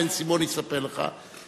בן-סימון יספר לך,